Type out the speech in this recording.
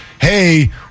hey